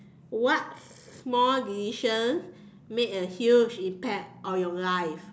what small decision made a huge impact on your life